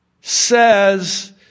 says